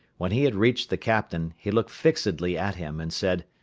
when he had reached the captain, he looked fixedly at him, and said,